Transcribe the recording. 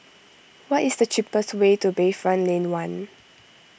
what is the cheapest way to Bayfront Lane one